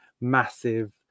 massive